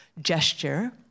gesture